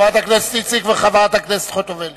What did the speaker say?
חברת הכנסת איציק וחברת הכנסת חוטובלי.